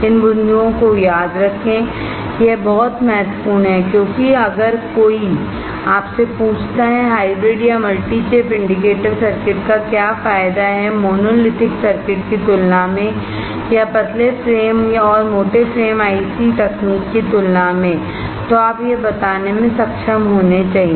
इन बिंदुओं को याद रखें यह बहुत महत्वपूर्ण है क्योंकि अगर कोई आपसे पूछता है हाइब्रिड या मल्टी चिप इंटीग्रेटेड सर्किट का क्या फायदा है मोनोलिथिक सर्किट की तुलना में या पतले फ्रेम और मोटे फ्रेम वाली आईसी तकनीक की तुलना में तो आप यह बताने में सक्षम होने चाहिए